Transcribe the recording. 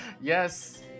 yes